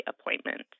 appointment